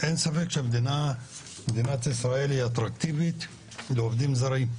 אין ספק שמדינת ישראל היא אטרקטיבית לעובדים זרים.